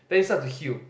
then it starts to heal